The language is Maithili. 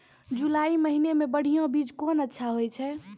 जुलाई महीने मे बढ़िया बीज कौन अच्छा होय छै?